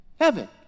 heaven